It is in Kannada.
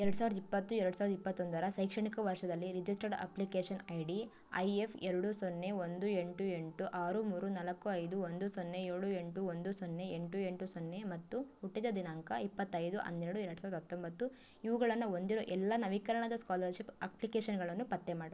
ಎರಡು ಸಾವಿರದ ಇಪ್ಪತ್ತು ಎರಡು ಸಾವಿರದ ಇಪ್ಪತ್ತೊಂದರ ಶೈಕ್ಷಣಿಕ ವರ್ಷದಲ್ಲಿ registered application I D I F ಎರಡು ಸೊನ್ನೆ ಒಂದು ಎಂಟು ಎಂಟು ಆರು ಮೂರು ನಾಲ್ಕು ಐದು ಒಂದು ಸೊನ್ನೆ ಏಳು ಎಂಟು ಒಂದು ಸೊನ್ನೆ ಎಂಟು ಎಂಟು ಸೊನ್ನೆ ಮತ್ತು ಹುಟ್ಟಿದ ದಿನಾಂಕ ಇಪ್ಪತ್ತೈದು ಹನ್ನೆರಡು ಎರಡು ಸಾವಿರದ ಹತ್ತೊಂಬತ್ತು ಇವುಗಳನ್ನು ಹೊಂದಿರೊ ಎಲ್ಲ ನವೀಕರಣದ ಸ್ಕಾಲರ್ಷಿಪ್ ಅಪ್ಲಿಕೇಷನ್ಗಳನ್ನು ಪತ್ತೆ ಮಾಡು